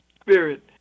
spirit